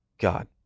God